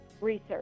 research